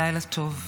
לילה טוב.